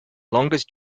longest